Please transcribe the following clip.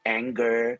anger